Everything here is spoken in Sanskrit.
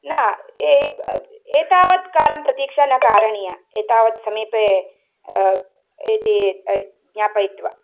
न एतावत् कालं प्रतीक्षा न कारणीया एतावत् समीपे एते ज्ञापयित्वा